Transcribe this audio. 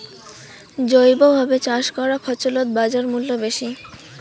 জৈবভাবে চাষ করা ফছলত বাজারমূল্য বেশি